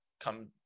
come